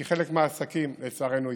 כי חלק מהעסקים לצערנו ייסגרו.